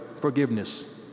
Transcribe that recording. forgiveness